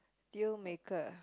deal maker